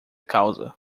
causa